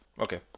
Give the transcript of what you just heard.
Okay